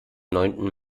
neunten